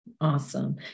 Awesome